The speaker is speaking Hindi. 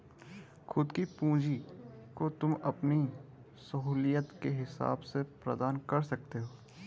खुद की पूंजी को तुम अपनी सहूलियत के हिसाब से प्रदान कर सकते हो